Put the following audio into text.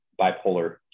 bipolar